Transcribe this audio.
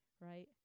Right